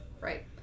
Right